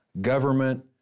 government